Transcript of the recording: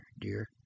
dear